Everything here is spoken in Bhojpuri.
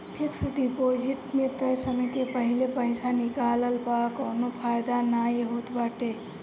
फिक्स डिपाजिट में तय समय के पहिले पईसा निकलला पअ कवनो फायदा नाइ होत बाटे